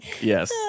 Yes